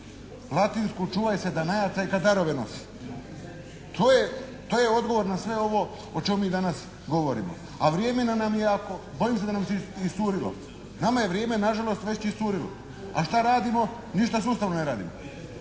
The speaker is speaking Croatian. latinsku "čuvaj se danajaca i kad darove nosi". To je odgovor na sve ovo o čemu mi danas govorimo, a vrijeme nam je, bojim se da nam je iscurilo. Nama je vrijeme na žalost već iscurilo. A šta radimo? Ništa sustavno ne radimo.